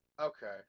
Okay